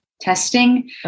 testing